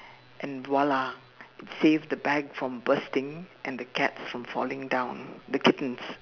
and !wah! lah it saved the bag from bursting and the cats from falling down the kittens